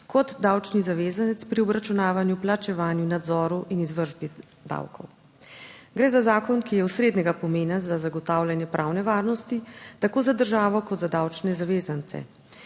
kot davčni zavezanec. Pri obračunavanju, plačevanju nadzorov in izvršbi davkov gre za zakon, ki je osrednjega pomena za zagotavljanje pravne varnosti tako za državo kot za davčne zavezance.